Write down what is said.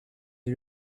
est